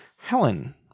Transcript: Helen